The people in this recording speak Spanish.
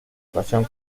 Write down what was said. ocasión